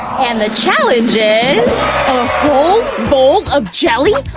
and the challenge is, a whole bowl of jelly!